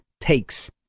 takes